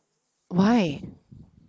why